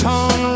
on